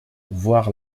voir